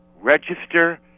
Register